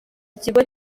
kigo